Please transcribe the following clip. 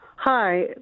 Hi